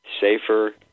safer